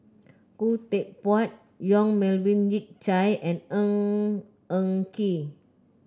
Khoo Teck Puat Yong Melvin Yik Chye and Ng Eng Kee